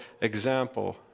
example